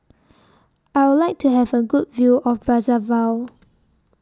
I Would like to Have A Good View of Brazzaville